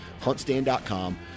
huntstand.com